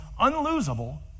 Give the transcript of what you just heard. unlosable